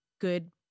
good